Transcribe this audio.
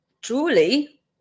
truly